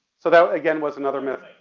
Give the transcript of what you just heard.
so that again was another myth.